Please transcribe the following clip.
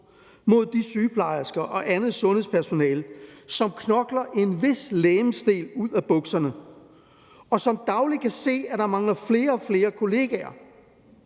mod de sygeplejersker og andet sundhedspersonale, som knokler en vis legemsdel ud af bukserne, og som dagligt kan se, at der mangler flere og flere kollegaer,